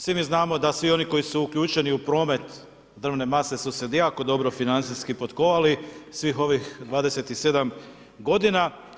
Svi mi znamo da svi oni koji su uključeni u promet drvne mase su se jako dobro financijski potkovali svih ovih 27 godina.